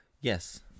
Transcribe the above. Yes